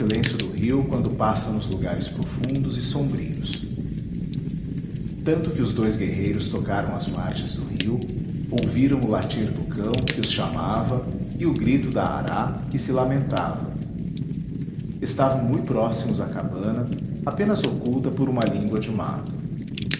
do rio quando passa nos lugares profundos e sombrios tanto que os dois guerreiros tocaram as margens do rio ouviram o latir do cão que os chamava e o grito da ará que se lamentava estavam mui próximos à cabana apenas oculta por uma língua de mato